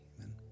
Amen